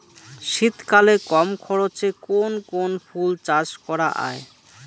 শীতকালে কম খরচে কোন কোন ফুল চাষ করা য়ায়?